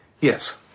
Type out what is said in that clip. Yes